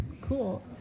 Cool